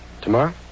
Tomorrow